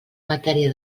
matèria